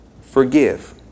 forgive